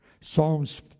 Psalms